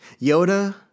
Yoda